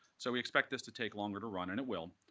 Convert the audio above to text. so we expect this to take longer to run and it will.